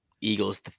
Eagle's